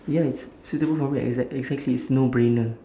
ya it's suitable for me exact~ exactly it's no-brainer